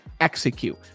execute